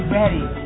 ready